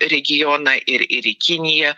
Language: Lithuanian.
regioną ir ir į kiniją